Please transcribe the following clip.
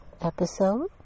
episode